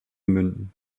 münden